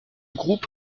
groupe